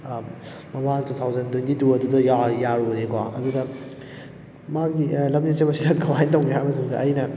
ꯃꯃꯥꯡ two thousand twenty two ꯑꯗꯨꯗ ꯌꯥꯔꯨꯕꯅꯦꯀꯣ ꯑꯗꯨꯗ ꯃꯥꯒꯤ ꯂꯝꯖꯦꯟ ꯆꯦꯟꯕꯁꯦ ꯁꯛ ꯀꯃꯥꯏꯅ ꯇꯧꯒꯦ ꯍꯥꯏꯕ ꯃꯇꯝꯗ ꯑꯩꯅ